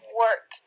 work